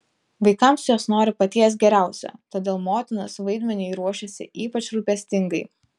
vaikams jos nori paties geriausio todėl motinos vaidmeniui ruošiasi ypač rūpestingai